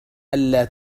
ألا